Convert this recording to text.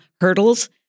hurdles